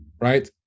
right